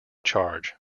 charge